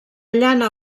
llana